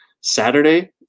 Saturday